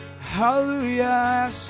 Hallelujah